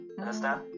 understand